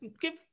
give